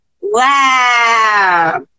Wow